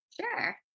Sure